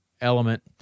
element